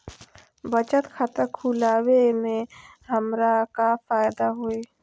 बचत खाता खुला वे में हमरा का फायदा हुई?